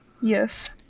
Yes